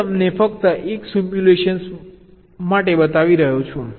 હું તમને ફક્ત 1 સિમ્યુલેશન માટે બતાવી રહ્યો છું